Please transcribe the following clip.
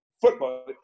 football